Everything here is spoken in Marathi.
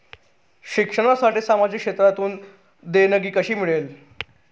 शिक्षणासाठी सामाजिक क्षेत्रातून देणगी कशी मिळेल?